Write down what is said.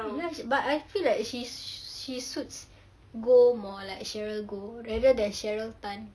ya but I feel like she suits goh more like cheryl goh rather cheryl tan